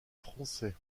français